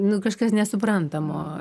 nu kažkas nesuprantamo